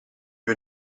più